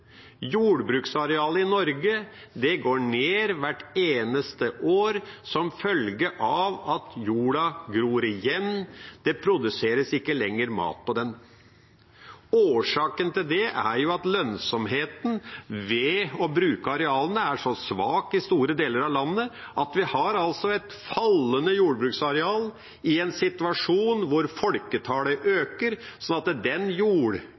produseres ikke lenger mat på den. Årsaken til det er at lønnsomheten ved å bruke arealene er så svak i store deler av landet at vi har et fallende jordbruksareal – i en situasjon hvor folketallet